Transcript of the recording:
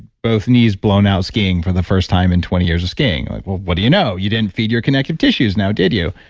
both knees blown out skiing for the first time in twenty years of skiing. and like what do you know? you didn't feed your connective tissues now, did you?